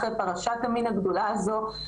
אחרי פרשת המין הגדולה הזו,